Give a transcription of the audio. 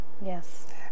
Yes